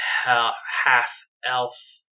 half-elf